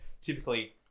typically